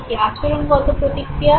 এটা আচরণগত প্রতিক্রিয়া